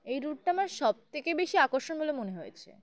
এই রুটটা আমার সবথেকে বেশি আকর্ষণ বলে মনে হয়েছে